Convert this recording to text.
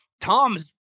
Tom's